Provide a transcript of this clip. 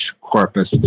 corpus